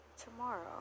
Tomorrow